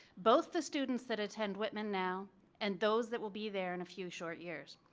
both the students that attend whitman now and those that will be there in a few short years.